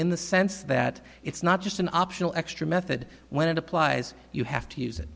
in the sense that it's not just an optional extra method when it applies you have to use it